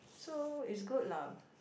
so it's good lah